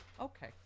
Okay